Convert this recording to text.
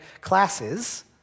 classes